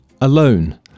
Alone